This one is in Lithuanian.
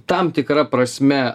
tam tikra prasme